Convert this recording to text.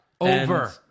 Over